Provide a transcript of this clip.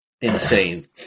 Insane